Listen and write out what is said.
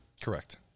Correct